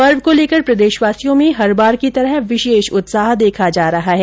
पर्व को लेकर प्रदेशवासियों में हर बार की तरह विशेष उत्साह देखा जा रहा है